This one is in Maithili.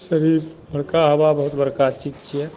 शरीर भोरका हवा बहुत बड़का चीज छियै